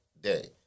day